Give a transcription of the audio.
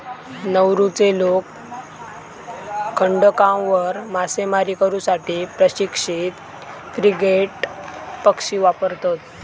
नौरूचे लोक खडकांवर मासेमारी करू साठी प्रशिक्षित फ्रिगेट पक्षी वापरतत